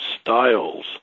styles